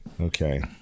Okay